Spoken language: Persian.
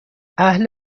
اهل